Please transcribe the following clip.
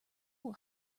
will